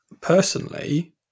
personally